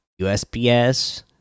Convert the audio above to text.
USPS